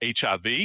HIV